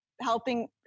helping